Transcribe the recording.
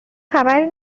خبری